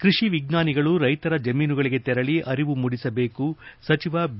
ಕ್ಕಷಿ ವಿಜ್ಞಾನಿಗಳು ರೈತರ ಜಮೀನುಗಳಿಗೆ ತೆರಳಿ ಅರಿವು ಮೂಡಿಸಬೇಕು ಸಚಿವ ಬಿ